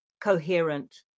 coherent